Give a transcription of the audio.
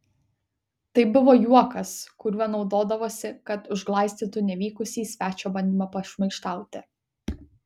tai buvo juokas kuriuo naudodavosi kad užglaistytų nevykusį svečio bandymą pašmaikštauti